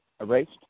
erased